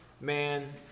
man